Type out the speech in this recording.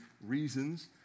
reasons